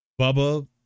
Bubba